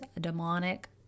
demonic